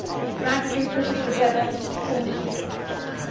which gradually pushes together to form a sheet of ice.